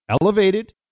elevated